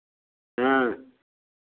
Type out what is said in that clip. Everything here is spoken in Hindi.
हाँ